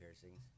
piercings